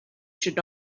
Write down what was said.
should